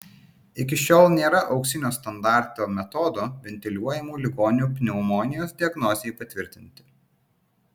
iki šiol nėra auksinio standarto metodo ventiliuojamų ligonių pneumonijos diagnozei patvirtinti